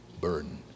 burden